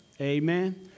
amen